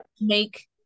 Make